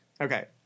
Okay